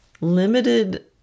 Limited